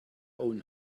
own